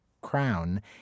crown